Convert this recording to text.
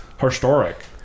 Historic